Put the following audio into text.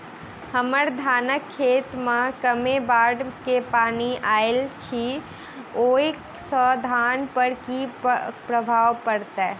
हम्मर धानक खेत मे कमे बाढ़ केँ पानि आइल अछि, ओय सँ धान पर की प्रभाव पड़तै?